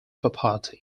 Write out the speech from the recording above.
property